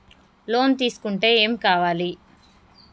Loan తీసుకుంటే ఏం కావాలి?